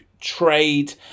trade